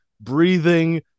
breathing